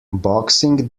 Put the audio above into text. boxing